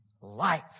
life